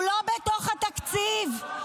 הוא לא בתוך התקציב.